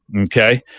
Okay